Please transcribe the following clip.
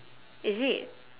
is it